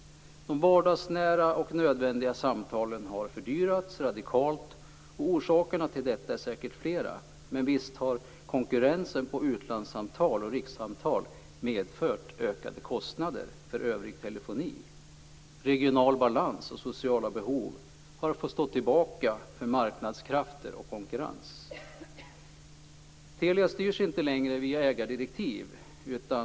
De vardagsnära och nödvändiga samtalen har fördyrats radikalt. Orsakerna till detta är säkert flera, men visst har konkurrensen på utlandssamtal och rikssamtal medfört ökade kostnader för övrig telefoni. Regional balans och sociala behov har fått stå tillbaka för marknadskrafter och konkurrens. Telia styrs inte längre via ägardirektiv.